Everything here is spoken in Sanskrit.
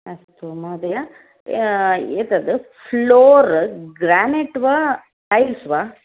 अस्तु महोदय अ एतद् फ़्लोर् ग्रेनैट् वा टैल्स् वा